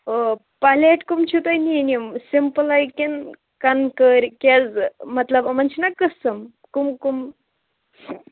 plate کَم چھِو تۄہہِ نِنۍ یِم سِمپٕل کِنہٕ کَنٛدکٔرۍ کینٛزٕ مَطلَب یِمَن چھِنا قٕسٕم کَم کَم